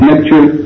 Lecture